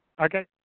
Okay